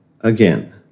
again